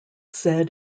said